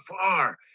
far